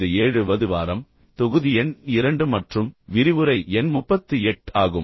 இது 7 வது வாரம் தொகுதி எண் 2 மற்றும் விரிவுரை எண் 38 ஆகும்